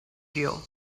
you